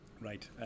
right